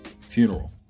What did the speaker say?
funeral